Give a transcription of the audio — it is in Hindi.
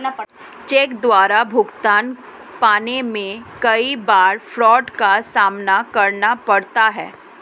चेक द्वारा भुगतान पाने में कई बार फ्राड का सामना करना पड़ता है